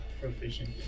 proficient